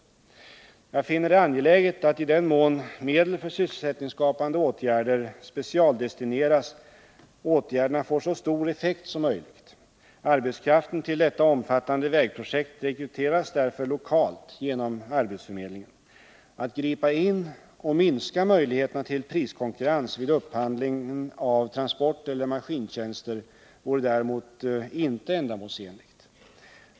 Jag finner det angeläget att, i den mån medel för sysselsättningsskapande åtgärder specialdestineras, åtgärderna får så stor effekt som möjligt. Arbetskraften till detta omfattande vägprojekt rekryteras därför lokalt genom arbetsförmedlingen. Att gripa in och minska möjligheterna till priskonkurrens vid upphandlingen av transporteller maskintjänster vore däremot inte ändamålsenligt.